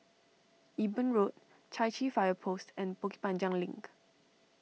Eben Road Chai Chee Fire Post and Bukit Panjang Link